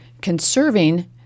conserving